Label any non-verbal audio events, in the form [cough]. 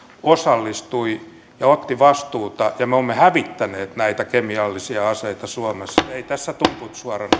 osallistui ja otti vastuuta ja me olemme hävittäneet näitä kemiallisia aseita suomessa ei tässä tumput suorana [unintelligible]